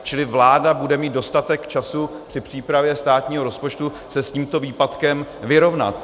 Čili vláda bude mít dostatek času při přípravě státního rozpočtu se s tímto výpadkem vyrovnat.